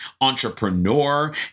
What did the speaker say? Entrepreneur